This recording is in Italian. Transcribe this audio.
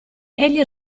egli